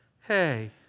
hey